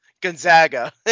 Gonzaga